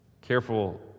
careful